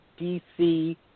DC